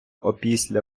опісля